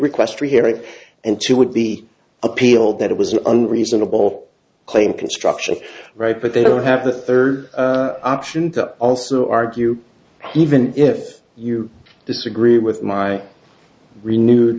request rehearing and two would be appealed that it was an unreasonable claim construction right but they don't have the third option to also argue even if you disagree with my renewed